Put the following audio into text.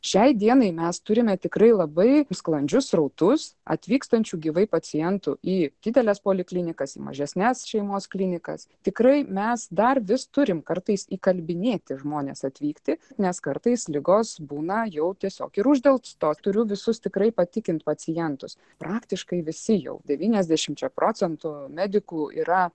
šiai dienai mes turime tikrai labai sklandžius srautus atvykstančių gyvai pacientų į dideles poliklinikas į mažesnes šeimos klinikas tikrai mes dar vis turim kartais įkalbinėti žmones atvykti nes kartais ligos būna jau tiesiog ir uždelstos turiu visus tikrai patikint pacientus praktiškai visi jau devyniasdešimčia procentų medikų yra